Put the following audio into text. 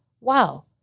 Wow